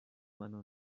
منو